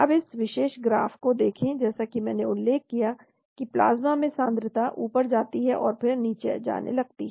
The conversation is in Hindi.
अब इस विशेष ग्राफ को देखें जैसा कि मैंने उल्लेख किया कि प्लाज्मा में सांद्रता ऊपर जाती है और फिर नीचे जाने लगती है